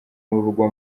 murwa